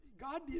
God